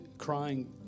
crying